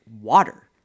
water